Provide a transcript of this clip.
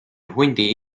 hundi